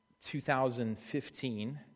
2015